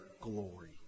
glory